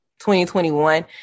2021